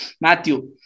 Matthew